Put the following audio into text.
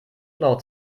laut